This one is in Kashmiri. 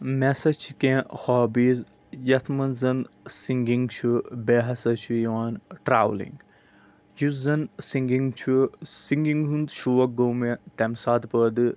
مےٚ سَا چھِ کینٛہہ ہابیٖز یَتھ منٛز زَن سِنٛگِنٛگ چھُ بیٚیہِ ہَسا چھُ یِوان ٹرٛاولِنٛگ یُس زَن سِنٛگِنٛگ چھُ سِنٛگِنٛگ ہُنٛد شوق گوٚو مےٚ تَمہِ ساتہٕ پٲدٕ